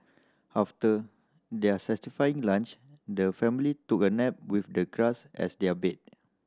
after their satisfying lunch the family took a nap with the grass as their bed